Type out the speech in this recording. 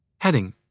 Heading